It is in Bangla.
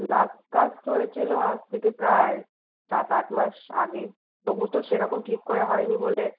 লাস্ট কাজ হয়েছিল আজ থেকে প্রায় সাত আট মাস আগে তবু তো সেরকম ঠিক করে হয় নি বলে